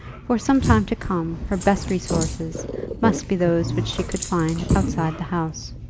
for some time to come her best resources must be those which she could find outside the house.